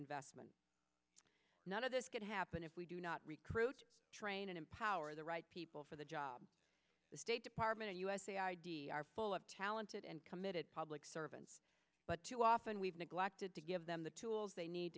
investment none of this could happen if we do not recruit train and empower the right people for the job the state department and usaid are full of talented and committed public servants but too often we've neglected to give them the tools they need